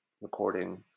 recording